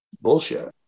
bullshit